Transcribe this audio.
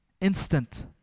Instant